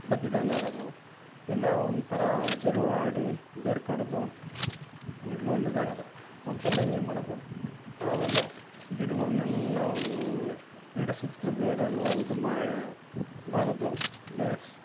ಬತ್ತಿದಂಗೆ ಆಗೋದು ಇಲ್ಲ ಒಂಥರ ಝರಿ ಹುಳ ಆಡಿ ಬೇರು ಕಡಿದು ಅವಕೆಲ್ಲ ಏನು ಮಾಡೋದು ಅವೆಲ್ಲ ಗಿಡಗಳನೆಲ್ಲ ಗಿಡ ಸುತ್ಲು ಬೇರೆಲ್ಲ ಇದು ಮಾ ಬಗೆದು ಬೆರ್ಸಿ